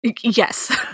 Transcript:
Yes